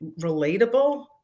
relatable